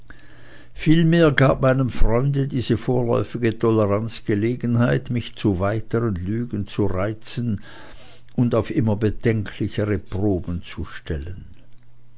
vielmehr gab meinem freunde diese vorläufige toleranz gelegenheit mich zu weiteren lügen zu reizen und auf immer bedenklichere proben zu stellen